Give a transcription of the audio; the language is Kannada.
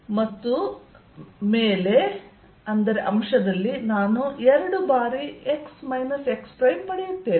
ಮತ್ತು ಮೇಲೆ ನಾನು 2 ಬಾರಿ x x ಪಡೆಯುತ್ತೇನೆ